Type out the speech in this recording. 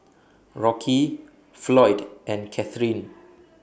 Rocky Floyd and Kathrine